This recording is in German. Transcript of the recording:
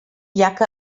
jacke